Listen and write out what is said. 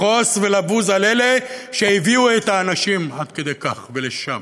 לכעוס ולבוז לאלה שהביאו את האנשים עד כדי כך ולשם.